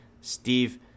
Steve